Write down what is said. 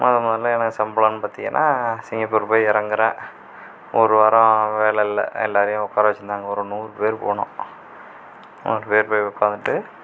மொதல் மொதலில் எனக்கு சம்பளம்னு பார்த்தீங்கன்னா சிங்கப்பூருக்கு போய் இறங்குறேன் ஒரு வாரம் வேலை இல்லை எல்லாரையும் உக்கார வெச்சுருந்தாங்க ஒரு நூறு பேர் போனோம் அங்கே போய் போய் உக்காந்துட்டு